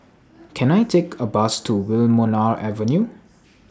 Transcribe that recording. Can I Take A Bus to Wilmonar Avenue